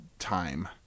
time